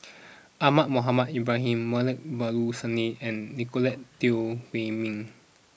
Ahmad Mohamed Ibrahim Moulavi Babu Sahib and Nicolette Teo Wei Min